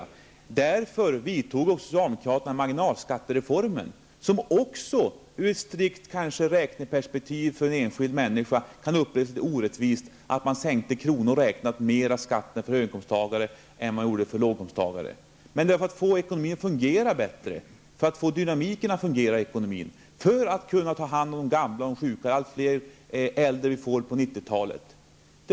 Av den anledningen genomförde också socialdemokraterna marginalskattereformen, som också -- i ett strikt räkneperspektiv för en enskild människa -- kan upplevas som orättvis, i och med att man i kronor räknat sänkte skatten för höginkomsttagare mer än man sänkte skatten för låginkomsttagare. Men man gjorde det för att få ekonomin att fungera bättre, för att få dynamiken i ekonomin att fungera. Detta är nödvändigt för att vi skall kunna ta hand om de gamla och sjuka; vi får ju på 90-talet allt fler äldre.